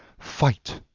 fight.